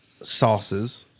sauces